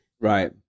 Right